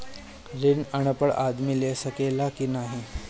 ऋण अनपढ़ आदमी ले सके ला की नाहीं?